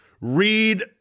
Read